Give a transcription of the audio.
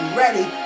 ready